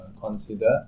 consider